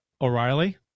O'Reilly